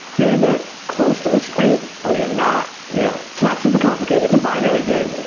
you're either close to the street, or you're not. yeah. it's not super complicated, it's a binary game.